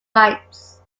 rights